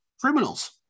Criminals